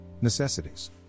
Necessities